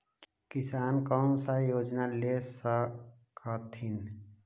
किसान कोन सा योजना ले स कथीन?